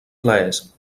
plaers